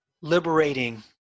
liberating